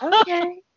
okay